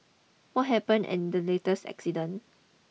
what happened in the latest accident